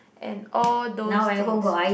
and all those things